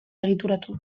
egituratu